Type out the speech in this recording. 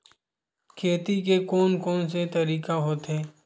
खेती के कोन कोन से तरीका होथे?